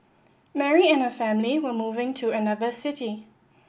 Mary and her family were moving to another city